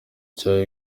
cya